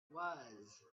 was